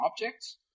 objects